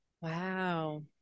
Wow